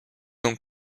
dans